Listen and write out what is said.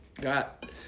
got